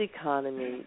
economy